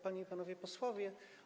Panie i Panowie Posłowie!